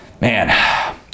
Man